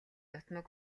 дутмаг